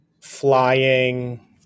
Flying